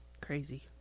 Crazy